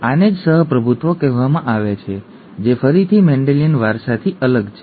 આને જ સહ પ્રભુત્વ કહેવામાં આવે છે જે ફરીથી મેન્ડેલિયન વારસાથી અલગ છે